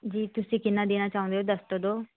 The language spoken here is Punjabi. ਜੀ ਤੁਸੀਂ ਕਿੰਨਾਂ ਦੇਣਾ ਚਾਹੁੰਦੇ ਓ ਦੱਸ ਤਾ ਦਿਓ